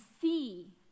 see